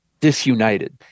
disunited